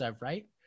right